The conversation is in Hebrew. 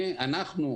אנחנו,